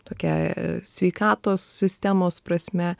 tokia sveikatos sistemos prasme